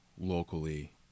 locally